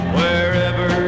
wherever